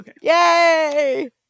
Yay